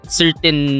certain